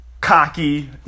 cocky